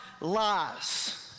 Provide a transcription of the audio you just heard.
Lies